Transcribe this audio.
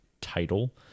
title